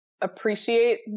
appreciate